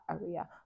area